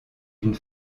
une